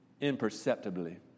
imperceptibly